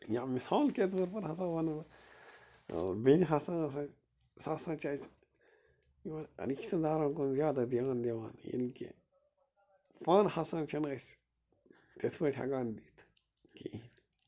یا مِثال کے طور پر ہسا وَنہٕ بہٕ بیٚنہِ ہسا ٲس اَسہِ سۅ ہسا چھِ اَسہِ یِمن رِشتہٕ دارن کُن زیادٕ دیٛان دِوان ییٚلہِ کہِ پانہٕ ہسا چھِ أسۍ تِتھٕ پٲٹھۍ ہیٚکان دیان دِتھ کِہیٖنٛۍ